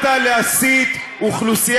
אתה שקרן.